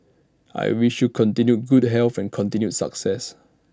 I wish you continued good health and continued success